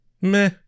Meh